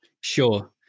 Sure